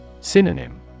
Synonym